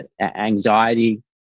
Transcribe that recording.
anxiety